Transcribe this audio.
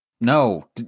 No